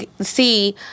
see